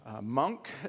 monk